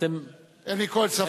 אתם, אין לי כל ספק.